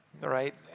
right